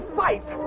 fight